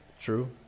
True